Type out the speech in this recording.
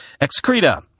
excreta